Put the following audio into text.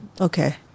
Okay